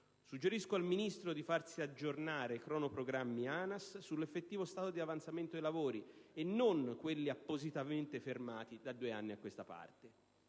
Suggerisco al Ministro di farsi aggiornare con i cronoprogrammi ANAS sull'effettivo stato di avanzamento dei lavori e non di quelli appositamente fermati da due anni a questa parte.